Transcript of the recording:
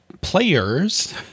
players